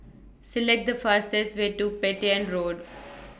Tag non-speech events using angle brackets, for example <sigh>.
Select The fastest Way to Petain Road <noise>